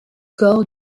corps